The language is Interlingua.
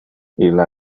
illa